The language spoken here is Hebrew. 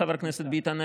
חבר הכנסת ביטן,